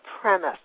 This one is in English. premise